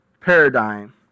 paradigm